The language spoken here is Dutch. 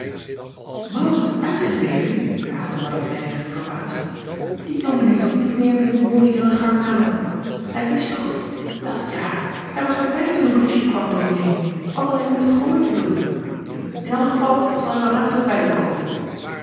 aurits uitgereden herhaalde madame mère verbaasd die jongen heeft ook niet meer memorie dan een garnaal ij wist toch wel ja hij was er bij toen uw briefje kwam ominee at had hij nu te rooi te doen u in allen gevalle zal hij van avond wel bij u komen